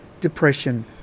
depression